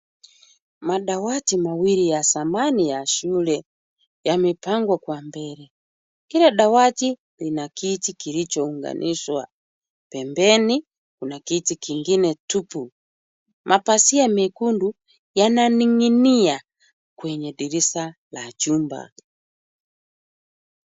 Madawati mawili ya zamani ya shule, yamepangwa kwa mbele. Kila dawati lina kiti kilichounganishwa. Pembeni kuna kiti kingine tupu. Mapazia mekundu yananing'inia kwenye dirisha la chumba.